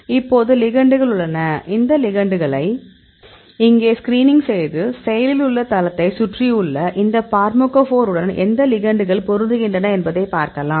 இப்போது லிகெண்டுகள் உள்ளன இந்த லிகெண்டுகளை இங்கே ஸ்கிரீனிங் செய்து செயலில் உள்ள தளத்தைச் சுற்றியுள்ள இந்த ஃபார்மகோபோர் உடன் எந்த லிகெண்டுகள் பொருந்துகின்றன என்பதைப் பார்க்கலாம்